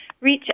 reach